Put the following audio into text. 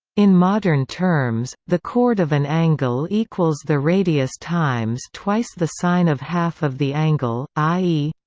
in modern terms, the chord of an angle equals the radius times twice the sine of half of the angle, i e.